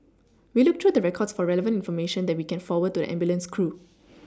we look through the records for relevant information that we can forward to the ambulance crew